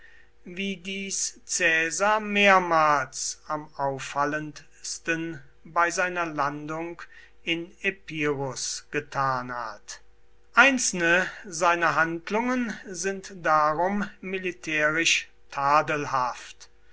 wie dies caesar mehrmals am auffallendsten bei seiner landung in epirus getan hat einzelne seiner handlungen sind darum militärisch tadelhaft